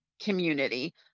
community